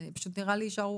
זה פשוט נראה לי שערורייה.